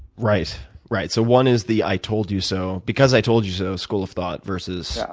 right. right. so, one is the i told you so because i told you so school of thought versus yeah